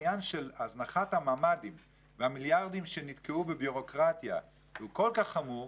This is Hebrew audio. העניין של הזנחת הממ"דים והמיליארדים שנתקעו בבירוקרטיה הוא כל כך חמור,